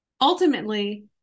Ultimately